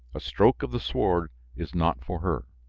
a stroke of the sword is not for her.